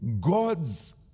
God's